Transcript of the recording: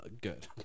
Good